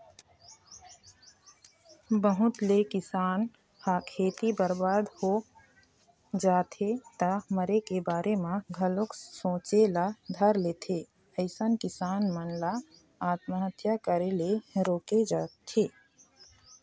बहुत ले किसान ह खेती बरबाद हो जाथे त मरे के बारे म घलोक सोचे ल धर लेथे अइसन किसान मन ल आत्महत्या करे ले रोके जाथे